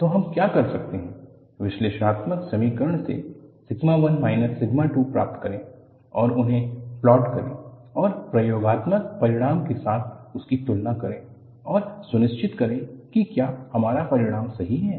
तो हम क्या कर सकते हैं विश्लेषणात्मक समीकरण से सिग्मा 1 माइनस सिग्मा 2 प्राप्त करें और उन्हें प्लॉट करें और प्रयोगात्मक परिणाम के साथ उनकी तुलना करें और सुनिश्चित करें कि क्या हमारा परिणाम सही है